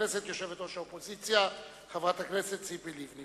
יושבת-ראש האופוזיציה, חברת הכנסת ציפי לבני.